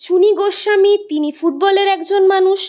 চুনি গোস্বামী তিনি ফুটবলের একজন মানুষ